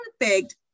perfect